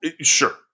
Sure